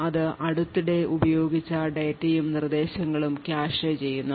ഇത് അടുത്തിടെ ഉപയോഗിച്ച ഡാറ്റയും നിർദ്ദേശങ്ങളും കാഷെ ചെയ്യുന്നു